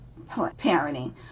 parenting